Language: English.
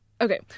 Okay